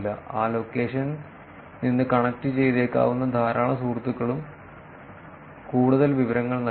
ആ ലൊക്കേഷനിൽ നിന്ന് കണക്റ്റുചെയ്തേക്കാവുന്ന ധാരാളം സുഹൃത്തുക്കളും കൂടുതൽ വിവരങ്ങൾ നൽകില്ല